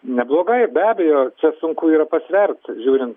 neblogai be abejo čia sunku yra pasvert žiūrint